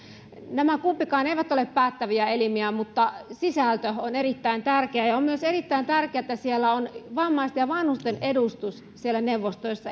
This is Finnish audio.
nämä kumpikaan eivät ole päättäviä elimiä mutta sisältö on erittäin tärkeä ja on myös erittäin tärkeää että siellä neuvostoissa on vammaisten ja vanhusten edustus